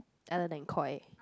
other than Koi